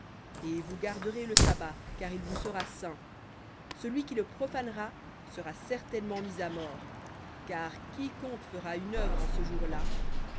et vous garderez le sabbat car il vous sera saint celui qui le profanera sera certainement mis à mort car quiconque fera une œuvre en ce jour-là